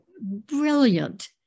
brilliant